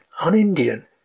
un-Indian